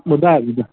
ॿुधायो ॿुधायो